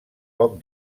poc